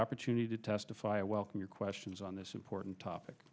opportunity to testify a welcome your questions on this important topic